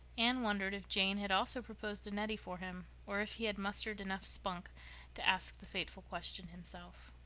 anne wondered if jane had also proposed to nettie for him, or if he had mustered enough spunk to ask the fateful question himself.